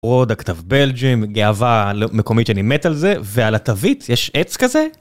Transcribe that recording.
עוד הכתב בלג'ים, גאווה מקומית שאני מת על זה, ועל התווית יש עץ כזה?